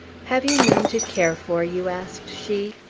have you none to care for you? asked she.